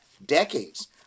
Decades